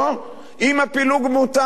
אם הפילוג מותר,